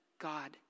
God